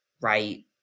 right